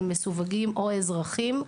הם מסווגים או אזרחים,